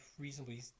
reasonably